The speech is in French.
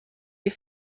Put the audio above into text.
est